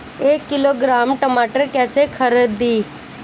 एक किलोग्राम टमाटर कैसे खरदी?